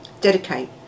dedicate